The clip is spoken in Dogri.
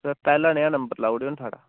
सर पैह्ला ने'आ नंबर लाई ओड़ेयो निं साढ़ा